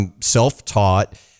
self-taught